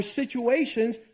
situations